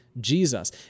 Jesus